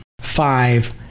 five